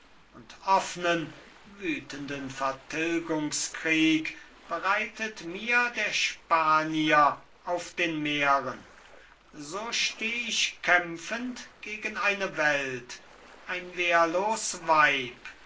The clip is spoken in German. und offnen wütenden vertilgungskrieg bereitet mir der spanier auf den meeren so steh ich kämpfend gegen eine welt ein wehrlos weib